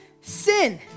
sin